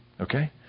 Okay